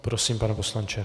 Prosím, pane poslanče.